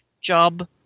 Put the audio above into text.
Job